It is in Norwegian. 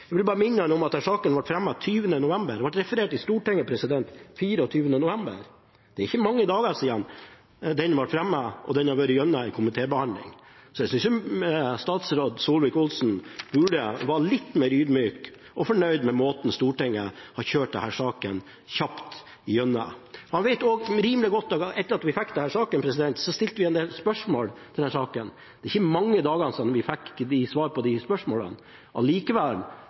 Jeg vil bare minne ham om at saken ble fremmet den 20. november. Den ble referert i Stortinget den 24. november. Det er ikke mange dagene siden den ble fremmet, og den har vært gjennom en komitébehandling. Jeg synes statsråd Solvik-Olsen burde vært litt mer ydmyk og fornøyd med måten Stortinget har kjørt denne saken kjapt gjennom på. Han vet også rimelig godt at etter at vi fikk denne saken, stilte vi en del spørsmål. Det er ikke mange dagene siden vi fikk svar på de spørsmålene.